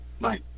bye